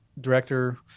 director